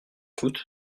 coûte